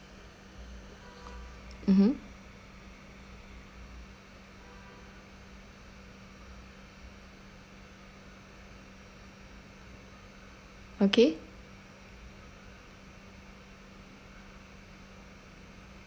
mmhmm okay